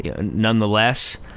nonetheless